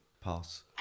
Pass